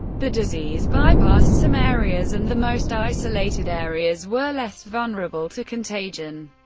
the disease bypassed some areas, and the most isolated areas were less vulnerable to contagion.